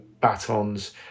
batons